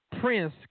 Prince